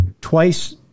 twice